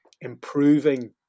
improving